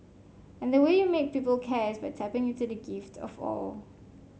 and the way you make people care is by tapping into that gift of awe